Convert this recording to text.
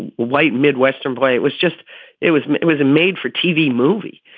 and light midwestern play, it was just it was it was a made for tv movie.